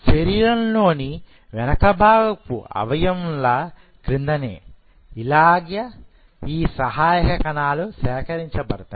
శరీరంలోని వెనుక భాగపు అవయవం లా క్రిందనే ఇలాగ ఈ సహాయక కణాలు సేకరించబడతాయి